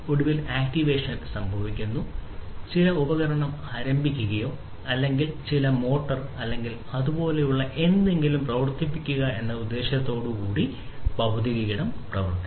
ഒടുവിൽ ആക്റ്റിവേഷൻ അല്ലെങ്കിൽ അതുപോലുള്ള എന്തെങ്കിലും പ്രവർത്തിപ്പിക്കുക എന്ന ഉദ്ദേശ്യത്തോടെ ഭൌതിക ഇടം പ്രവർത്തിപ്പിക്കും